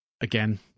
again